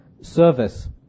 service